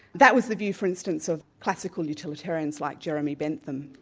that was the view for instance of classical utilitarians like jeremy bentham,